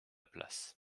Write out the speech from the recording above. place